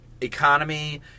economy